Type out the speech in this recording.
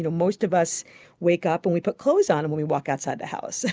you know most of us wake up and we put clothes on and we walk outside the house.